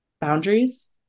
boundaries